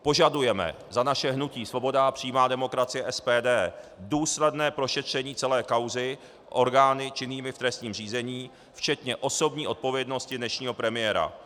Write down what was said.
Požadujeme za naše hnutí Svoboda a přímá demokracie, SPD, důsledné prošetření celé kauzy orgány činnými v trestním řízení včetně osobní odpovědnosti dnešního premiéra.